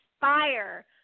fire